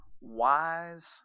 wise